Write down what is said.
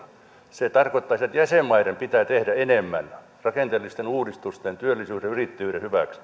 se tarkoittaa sitä että jäsenmaiden pitää tehdä enemmän rakenteellisten uudistusten työllisyyden ja yrittäjyyden hyväksi